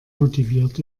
motiviert